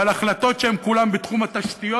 ועל החלטות שהן כולן בתחום התשתיות,